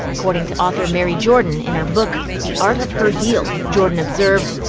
according to author mary jordan in her book, the art of her deal. jordan observed,